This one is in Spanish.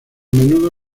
menudo